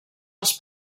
als